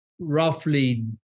roughly